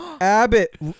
Abbott